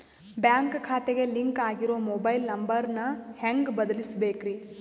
Bank ಖಾತೆಗೆ link ಆಗಿರೋ mobile number ನ ಹೆಂಗ್ ಬದಲಿಸಬೇಕ್ರಿ?